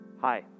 Hi